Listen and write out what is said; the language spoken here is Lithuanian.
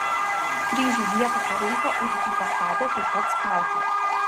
kryžiui vietą parinko ir jį pastatė taip pat skautai